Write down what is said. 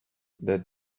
that